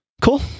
cool